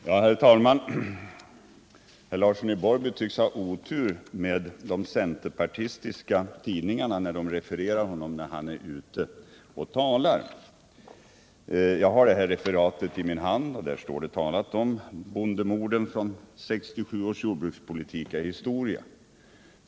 Herr talman! Herr Larsson i Borrby tycks ha otur med de centerpartistiska tidningarna som refererar honom då han är ute och talar. Jag har referatet i min hand, och där står talat om att bondemordet från 1967 års jordbrukspolitik är historia.